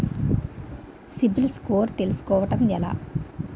CIBIL score తెల్సుకోటం ఎలా?